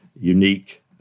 unique